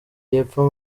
y’epfo